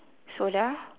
soda